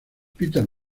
peter